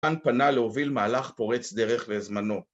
כאן פנה להוביל מהלך פורץ דרך לזמנו